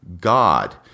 God